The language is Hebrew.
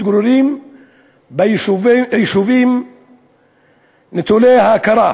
מתגוררים ביישובים נטולי ההכרה.